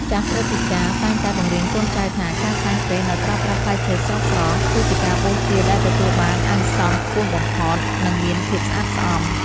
ចាស់ព្រឹទ្ធាចារ្យតែងតែបង្រៀនកូនចៅថា ការសែនព្រេនដោយប្រើប្រាស់ផ្លែឈើស្រស់ៗគឺជាការបូជាដែលទទួលបានអានិសង្សខ្ពស់បំផុត និងមានភាពស្អាតស្អំ។